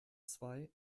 zwei